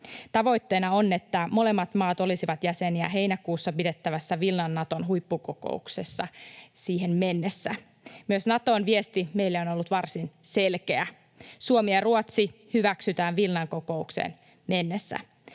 Tavoitteena on, että molemmat maat olisivat jäseniä heinäkuussa pidettävään Vilnan Naton huippukokoukseen mennessä. Myös Naton viesti meille on ollut varsin selkeä: Suomi ja Ruotsi hyväksytään Vilnan kokoukseen mennessä.